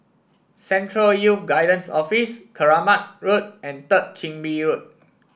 Central Youth Guidance Office Keramat Road and Third Chin Bee Road